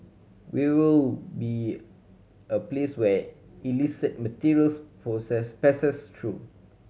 we will be a place where illicit materials process passes through